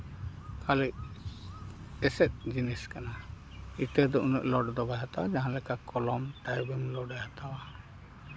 ᱟᱞᱮ ᱮᱥᱮᱫ ᱡᱤᱱᱤᱥ ᱠᱟᱱᱟ ᱤᱴᱟᱹ ᱫᱚ ᱩᱱᱟᱹᱜ ᱞᱳᱰ ᱫᱚ ᱵᱟᱭ ᱦᱟᱛᱟᱣᱟ ᱡᱟᱦᱟᱸ ᱞᱮᱠᱟ ᱠᱚᱞᱚᱢ ᱰᱟᱭᱵᱤᱝ ᱞᱳᱰ ᱮ ᱦᱟᱛᱟᱣᱟ